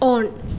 on